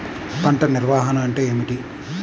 పంట నిర్వాహణ అంటే ఏమిటి?